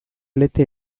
lete